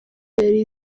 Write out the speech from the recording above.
yari